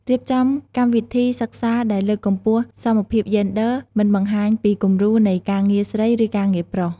រៀបចំកម្មវិធីសិក្សាដែលលើកកម្ពស់សមភាពយេនឌ័រ មិនបង្ហាញពីគំរូនៃ "ការងារស្រី" ឬ "ការងារប្រុស"។